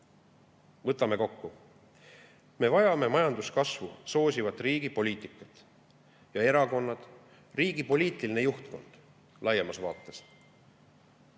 Võtame kokku. Me vajame majanduskasvu soosivat riigi poliitikat ja erakonnad – riigi poliitiline juhtkond laiemas vaates